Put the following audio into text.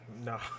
No